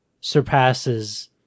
surpasses